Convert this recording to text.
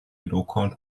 lokon